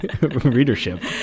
readership